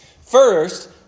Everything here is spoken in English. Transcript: First